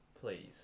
Please